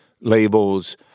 labels